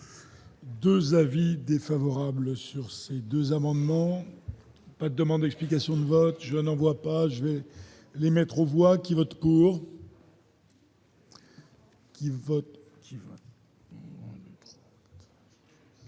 2 avis défavorables sur ces 2 amendements pas demande explication de vote, je n'en vois pas je vais les mettre aux voix qui vote pour. Ceux qui votent